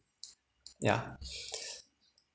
yeah